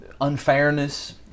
unfairness